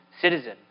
citizen